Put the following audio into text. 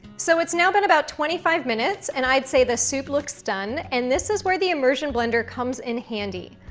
so it's now been about twenty five minutes, and i'd say the soup looks done, and this is where the immersion blender comes in handy.